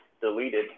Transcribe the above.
deleted